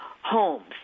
homes